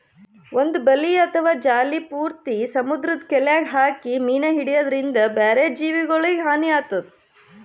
ಒಂದ್ ಬಲಿ ಅಥವಾ ಜಾಲಿ ಪೂರ್ತಿ ಸಮುದ್ರದ್ ಕೆಲ್ಯಾಗ್ ಹಾಕಿ ಮೀನ್ ಹಿಡ್ಯದ್ರಿನ್ದ ಬ್ಯಾರೆ ಜೀವಿಗೊಲಿಗ್ ಹಾನಿ ಆತದ್